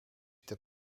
ter